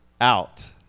out